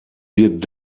wird